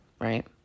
right